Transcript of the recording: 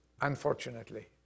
Unfortunately